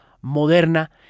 moderna